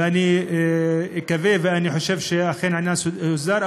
ואני מקווה ואני חושב שאכן העניין הוסדר,